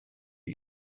you